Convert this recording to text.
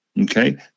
okay